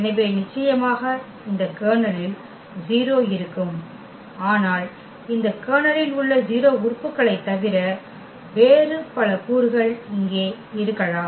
எனவே நிச்சயமாக இந்த கர்னலில் 0 இருக்கும் ஆனால் இந்த கர்னலில் உள்ள 0 உறுப்புகளைத் தவிர வேறு பல கூறுகள் இங்கே இருக்கலாம்